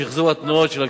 שחזור התנועות של הכספים: